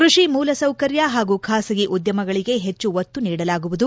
ಕ್ಕಷಿ ಮೂಲ ಸೌಕರ್ಯ ಪಾಗೂ ಖಾಸಗಿ ಉದ್ದಮಗಳಿಗೆ ಪೆಚ್ಚು ಒತ್ತು ನಿಡಲಾಗುವುದು